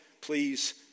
please